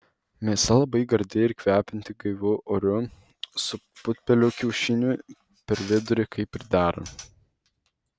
mėsa labai gardi ir kvepianti gaiviu oru su putpelių kiaušiniu per vidurį kaip ir dera